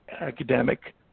academic